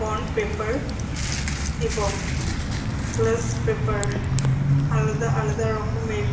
bond paper এবং gloss paper আলাদা আলাদা রকমের